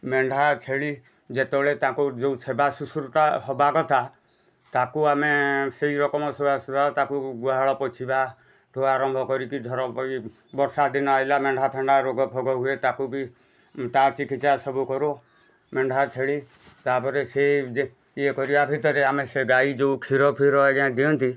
ମେଣ୍ଢା ଛେଳି ଯେତେବେଳେ ତାଙ୍କୁ ଯେଉଁ ସେବା ଶୃଶୁଷା ହେବା କଥା ତାଙ୍କୁ ଆମେ ସେଇ ରକମ ସେବା ସେବା ତାକୁ ଗୁହାଳ ପୋଛିବା ଠୁ ଆରମ୍ଭ କରିକି ଧର ଇଏ ବର୍ଷା ଦିନ ଆଇଲା ମେଣ୍ଢାଫେଣ୍ଢା ରୋଗଫୋଗ ହୁଏ ତାକୁ ବି ତା ଚିକିତ୍ସା ସବୁ କରୁ ମେଣ୍ଢା ଛେଳି ତାପରେ ସେଇ ଯେ ଇଏ କରିବା ଭିତରେ ଆମେ ସେ ଗାଈ ଯେଉଁ କ୍ଷୀରଫୀର ଆଜ୍ଞା ଦିଅନ୍ତି